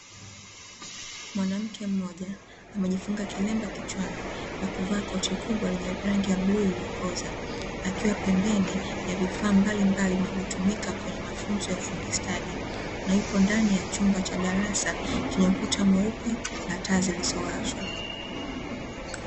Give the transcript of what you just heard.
Mwanamke mmoja, amejifunga kilemba kichwani na kuvaa koti kubwa lenye rangi ya bluu iliyokoza ,akiwa pembeni ya vifaa mbalimbali vinavyotumika kwenye mafunzo ya ufundi stadi, na yupo ndani ya chumba cha darasa chenye ukuta mweupe na taa zilizowashwa.